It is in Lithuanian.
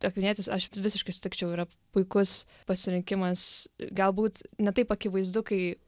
akvinietis aš visiškai sutikčiau yra puikus pasirinkimas galbūt ne taip akivaizdu kai